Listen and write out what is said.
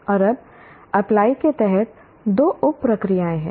और अब अप्लाई के तहत दो उप प्रक्रियाएं हैं